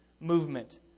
movement